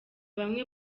bamwe